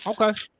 okay